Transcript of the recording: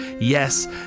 Yes